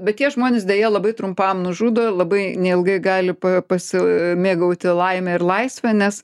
bet tie žmonės deja labai trumpam nužudo labai neilgai gali pasimėgauti laime ir laisve nes